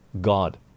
God